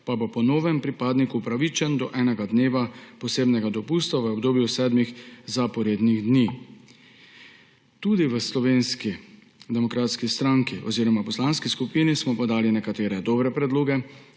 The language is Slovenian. pa bo po novem pripadnik upravičen do enega dneva posebnega dopusta v obdobju sedmih zaporednih dni. Tudi v Slovenski demokratski stranki oziroma poslanski skupini smo podali nekatere dobre predloge,